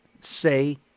say